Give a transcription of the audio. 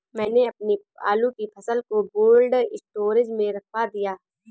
मैंने अपनी आलू की फसल को कोल्ड स्टोरेज में रखवा दिया